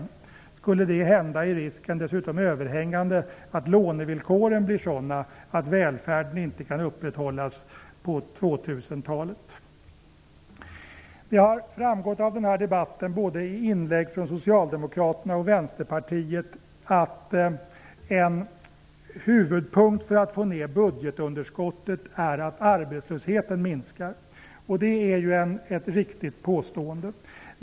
Skulle det hända är risken dessutom överhängande att lånevillkoren blir sådana att välfärden inte kan upprätthållas på 2000 Det har i denna debatt av inlägg från både Socialdemokraterna och Vänsterpartiet framgått att en huvudpunkt för att få ner budgetunderskottet är att arbetslösheten minskar. Det är ett riktigt påstående.